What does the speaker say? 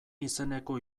izeneko